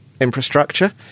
infrastructure